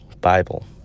bible